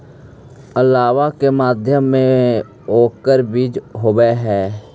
आंवला के मध्य में ओकर बीज होवअ हई